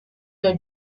your